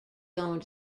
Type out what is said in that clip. going